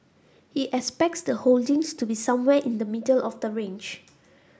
he expects the holdings to be somewhere in the middle of the range